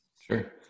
Sure